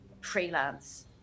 freelance